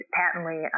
patently